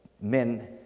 men